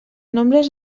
nombres